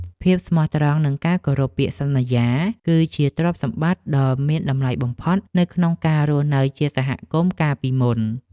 ភាពស្មោះត្រង់និងការគោរពពាក្យសន្យា គឺជាទ្រព្យសម្បត្តិដ៏មានតម្លៃបំផុតនៅក្នុងការរស់នៅជាសហគមន៍កាលពីមុន។